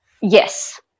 Yes